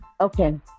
Okay